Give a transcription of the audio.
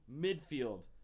midfield